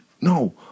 No